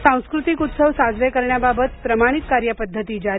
सांस्कृतिक उत्सव साजरे करण्याबाबत प्रमाणित कार्यपद्धती जारी